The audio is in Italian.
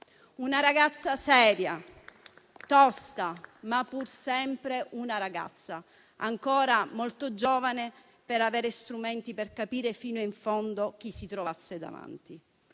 una ragazza seria, tosta, ma pur sempre una ragazza, ancora molto giovane per avere strumenti per comprendere fino in fondo chi si trovasse davanti.